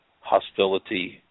hostility